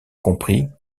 compris